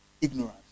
Ignorance